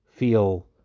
feel